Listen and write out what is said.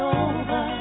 over